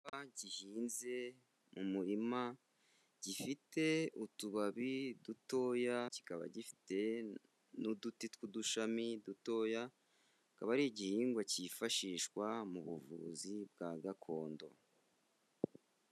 Igihingwa gihinze mu murima, gifite utubabi dutoya kikaba gifite n'uduti tw'udushami dutoya, kikaba ari igihingwa cyifashishwa mu buvuzi bwa gakondo.